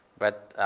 but